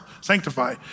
sanctify